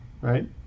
right